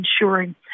ensuring